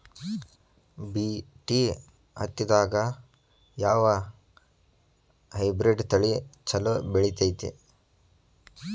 BT ಹತ್ತಿದಾಗ ಯಾವ hybrid ತಳಿ ಛಲೋ ಬೆಳಿತೈತಿ?